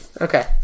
Okay